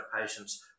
patients